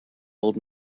old